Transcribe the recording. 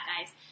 guys